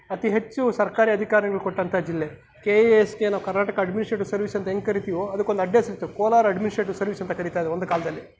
ಅತಿ ಹೆಚ್ಚು ಸರ್ಕಾರಿ ಅಧಿಕಾರಿಗಳು ಕೊಟ್ಟಂಥ ಜಿಲ್ಲೆ ಕೆ ಎ ಎಸ್ ಏನು ಕರ್ನಾಟಕ ಅಡ್ಮಿನಿಸ್ಟ್ರೇಟಿವ್ ಸರ್ವೀಸ್ ಅಂತ ಹೆಂಗೆ ಕರೀತೀವೋ ಅದಕ್ಕೊಂದು ಅಡ್ಡ ಹೆಸರಿತ್ತು ಕೋಲಾರ ಅಡ್ಮಿನಿಸ್ಟ್ರೇಟಿವ್ ಸರ್ವೀಸ್ ಅಂತ ಕರೀತಾಯಿದ್ದರು ಒಂದು ಕಾಲದಲ್ಲಿ